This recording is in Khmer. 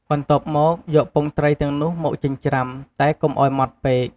បន្ទាប់មក យកពងត្រីទាំងនោះមកចិញ្ច្រាំ តែកុំឱ្យម៉ដ្តពេក។